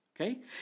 Okay